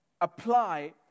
apply